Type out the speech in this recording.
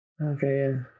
Okay